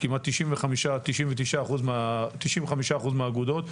95% מאגודות,